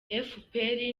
efuperi